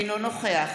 אינו נוכח